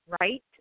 right